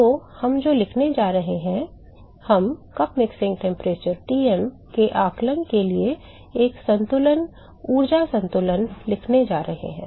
तो हम जो लिखने जा रहे हैं क्या हम कप मिक्सिंग तापमान Tm के आकलन के लिए एक संतुलन ऊर्जा संतुलन लिखने जा रहे हैं